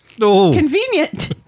Convenient